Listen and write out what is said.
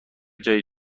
جای